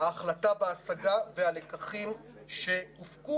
ההחלטה בהשגה והלקחים שהופקו.